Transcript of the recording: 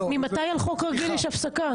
ממתי על חוק רגיל יש הפסקה?